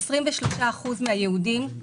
23% מן היהודים,